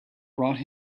brought